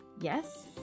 Yes